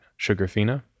Sugarfina